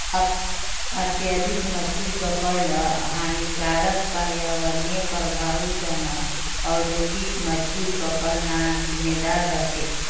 अत्यधिक मछली पकड़ ल हानिकारक पर्यावरणीय प्रभाउर त न औद्योगिक मछली पकड़ना जिम्मेदार रह छेक